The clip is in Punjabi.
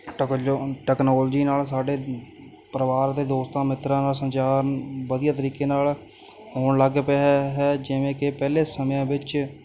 ਟਕਲਜੋ ਟਕਨੋਲਜੀ ਨਾਲ ਸਾਡੇ ਪਰਿਵਾਰ ਅਤੇ ਦੋਸਤਾਂ ਮਿੱਤਰਾਂ ਨਾਲ ਸੰਚਾਰ ਵਧੀਆ ਤਰੀਕੇ ਨਾਲ ਹੋਣ ਲੱਗ ਪਿਆ ਹੈ ਹੈ ਜਿਵੇਂ ਕਿ ਪਹਿਲੇ ਸਮਿਆਂ ਵਿੱਚ